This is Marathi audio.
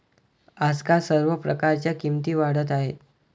आजकाल सर्व प्रकारच्या किमती वाढत आहेत